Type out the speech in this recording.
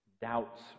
Doubts